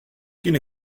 kin